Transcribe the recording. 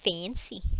fancy